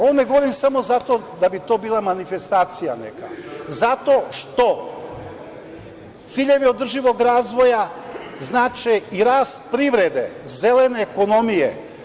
Ovo ne govorim samo zato da bi to bila neka manifestacija, već zato što ciljevi održivog razvoja znače i rast privrede, zelene ekonomije.